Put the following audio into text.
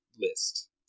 list